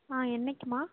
ஆ என்னக்குமா